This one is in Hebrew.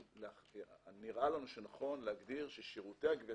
נראה לנו שנכון להגדיר ששירותי הגבייה